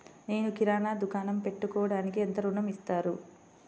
నేను కిరాణా దుకాణం పెట్టుకోడానికి ఎంత ఋణం ఇస్తారు?